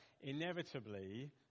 inevitably